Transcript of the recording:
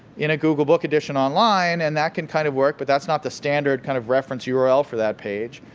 in a google book edition online, and that can kind of work, but that's not the standard kind of reference yeah url for that page.